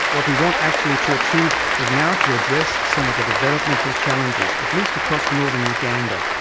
what we want actually to achieve is now to address some of the developmental challenges, at least across northern uganda,